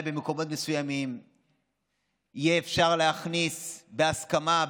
אולי במקומות מסוימים יהיה אפשר להכניס בהסכמה,